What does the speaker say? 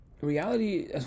reality